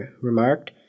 remarked